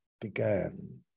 began